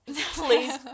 Please